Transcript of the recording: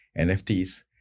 NFTs